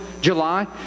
July